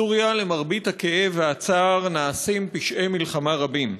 בסוריה, למרבה הכאב והצער, נעשים פשעי מלחמה רבים,